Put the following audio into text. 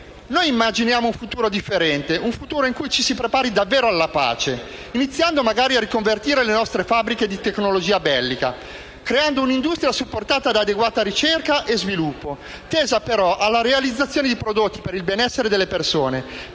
Noi immaginiamo un futuro differente, in cui ci si prepari davvero alla pace, iniziando a riconvertire le nostre fabbriche di tecnologia bellica, creando un'industria supportata da adeguata ricerca e sviluppo, tesa alla realizzazione di prodotti per il benessere delle persone,